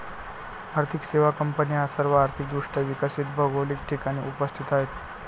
आर्थिक सेवा कंपन्या सर्व आर्थिक दृष्ट्या विकसित भौगोलिक ठिकाणी उपस्थित आहेत